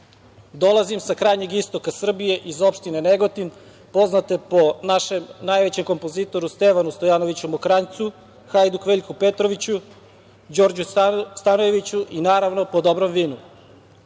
dolazim sa krajnjeg istoka Srbije, iz opštine Negotin poznate po našem najvećem kompozitoru Stevanu Stojanoviću Mokranjcu, Hajduk Veljku Petroviću, Đorđu Stanojeviću i naravno po dobrom vinu. Čast